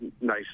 nice